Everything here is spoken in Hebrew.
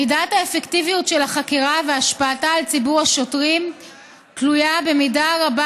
מידת האפקטיביות של החקירה והשפעתה על ציבור השוטרים תלויה במידה רבה